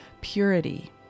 purity